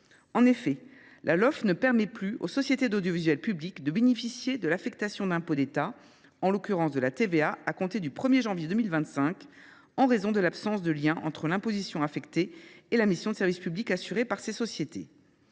En effet, la Lolf ne permet plus aux sociétés d’audiovisuel public de bénéficier de l’affectation d’impôts d’État, en l’occurrence de la TVA, à compter du 1 janvier 2025, en raison de l’absence de lien entre l’imposition affectée et la mission de service public assurée par ces sociétés.